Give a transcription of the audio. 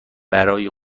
برای